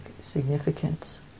significance